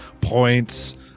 points